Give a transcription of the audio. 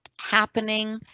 happening